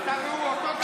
אתה והוא אותו דבר.